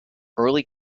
early